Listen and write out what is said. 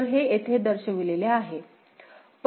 तर हे येथे दर्शविलेले आहे